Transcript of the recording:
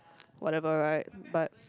whatever right but